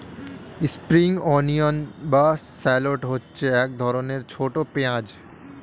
spring onion বা shallot হচ্ছে এক ধরনের ছোট পেঁয়াজ